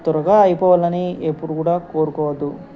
త్వరగా అయిపోవాలని ఎప్పుడు కూడా కోరుకోవద్దు